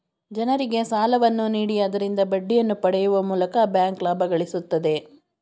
ಜನರಿಗೆ ಸಾಲವನ್ನು ನೀಡಿ ಆದರಿಂದ ಬಡ್ಡಿಯನ್ನು ಪಡೆಯುವ ಮೂಲಕ ಬ್ಯಾಂಕ್ ಲಾಭ ಗಳಿಸುತ್ತದೆ